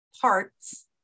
parts